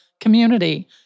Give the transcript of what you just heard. community